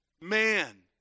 man